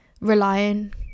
relying